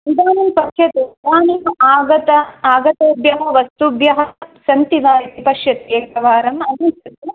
इदानीं पश्यतु इदानीम् आगतः आगतेभ्यः वस्तुभ्यः सन्ति वा इति पश्यतु एकवारम् अन्विष्यतु